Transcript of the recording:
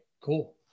Cool